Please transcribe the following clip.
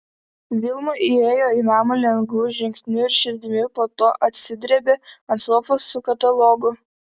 vilma įėjo į namą lengvu žingsniu ir širdimi po to atsidrėbė ant sofos su katalogu